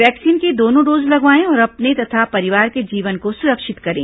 vaccine के दोनों dose लगवाएं और अपने तथा परिवार के जीवन को सुरक्षित करें